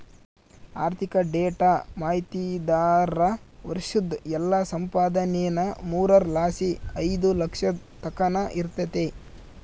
ಆರ್ಥಿಕ ಡೇಟಾ ಮಾಹಿತಿದಾರ್ರ ವರ್ಷುದ್ ಎಲ್ಲಾ ಸಂಪಾದನೇನಾ ಮೂರರ್ ಲಾಸಿ ಐದು ಲಕ್ಷದ್ ತಕನ ಇರ್ತತೆ